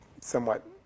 somewhat